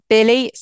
Billy